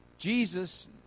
Jesus